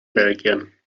belgien